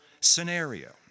scenario